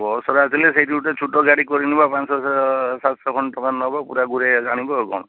bus ରେ ଆସିଲେ ସେଇଠି ଗୋଟେ ଛୋଟ ଗାଡ଼ି କରିନେବା ପାଞ୍ଚ ଛଅଶହ ସାତଶହ ଖଣ୍ଡେ ଟଙ୍କା ନେବ ପୁରା ଘୁରେଇ ଏକା ଆଣିବ ଆଉ କଣ